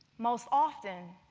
most often,